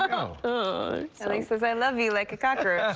ah says i says i love you like a cockroach.